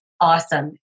awesome